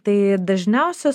tai dažniausia